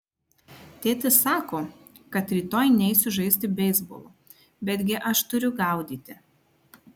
tėtis sako kad rytoj neisiu žaisti beisbolo betgi aš turiu gaudyti